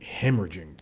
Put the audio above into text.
hemorrhaging